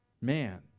man